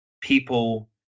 people